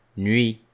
Nuit